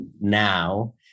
now